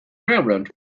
railroad